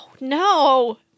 no